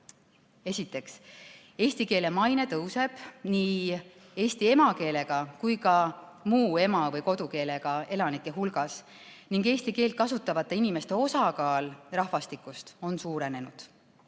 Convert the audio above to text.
Esiteks, eesti keele maine tõuseb nii eesti emakeelega kui ka muu ema- või kodukeelega elanike hulgas ning eesti keelt kasutavate inimeste osakaal rahvastikus on suurenenud.